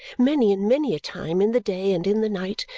many and many a time, in the day and in the night,